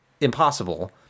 impossible